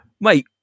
mate